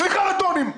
סליחה על הטונים.